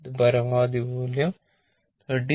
ഇത് പരമാവധി മൂല്യം 13